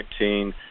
2019